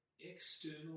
external